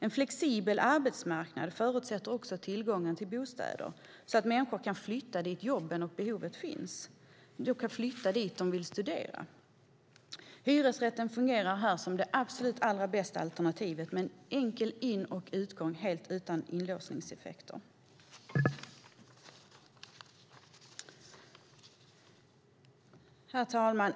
En flexibel arbetsmarknad förutsätter också tillgång till bostäder, så att människor kan flytta dit där jobben, studierna eller andra behov finns. Hyresrätten fungerar här som det absolut bästa alternativet med enkel ingång och utgång helt utan inlåsningseffekter. Herr talman!